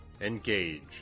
Engage